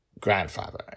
grandfather